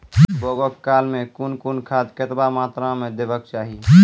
बौगक काल मे कून कून खाद केतबा मात्राम देबाक चाही?